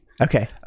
Okay